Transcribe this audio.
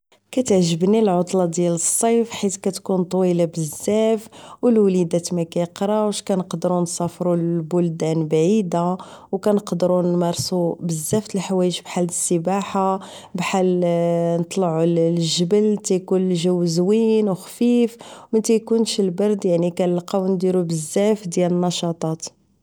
كتعجبني العطلة ديال الصيف حيت كتكون طويلة بزاف والوليدات مكيقراوش كنقدرو نسافرو لبلدان بعيدة و كنقدرو نمارسو بزاف تالحوايج بحال السباحة بحال نطلعو لجبل كيكون الجو زوين وخفيف متيكونش البرد يعني كنلقاو نديرو بزاف ديال النشاطات